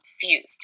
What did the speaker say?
confused